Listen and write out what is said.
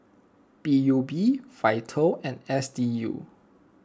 P U B Vital and S D U